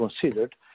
considered